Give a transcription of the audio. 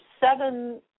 seven